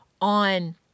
on